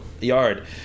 yard